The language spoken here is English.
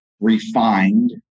Refined